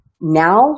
Now